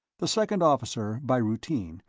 the second officer, by routine,